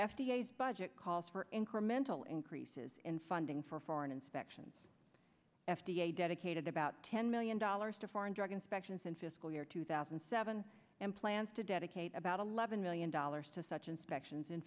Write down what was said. as budget calls for incremental increases in funding for foreign inspections f d a dedicated about ten million dollars to foreign drug inspections in fiscal year two thousand and seven and plans to dedicate about eleven million dollars to such inspections in